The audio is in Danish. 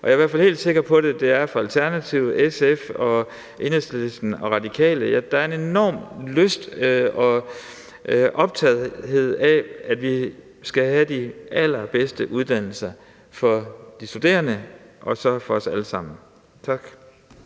Og jeg er i hvert fald helt sikker på, at der for Alternativet, SF, Enhedslisten og Radikale er en enorm lyst til og optagethed af, at vi skal have de allerbedste uddannelser for de studerende og dermed for os alle sammen. Tak.